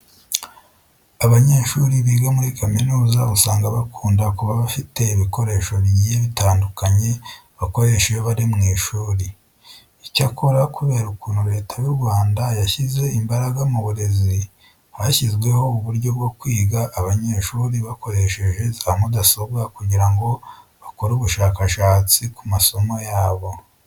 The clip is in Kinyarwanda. Abanyeshuri biga muri kaminuza usanga bakunda kuba bafite ibikoresho bigiye bitandukanye bakoresha iyo bari mu ishuri. Icyakora kubera ukuntu Leta y'u Rwanda yashyize imbaraga mu burezi, hashyizweho uburyo bwo kwiga abanyeshuri bakoresheje za mudasobwa kugira ngo bakore ubushakashatsi ku masomo yabo.